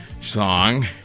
song